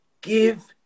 give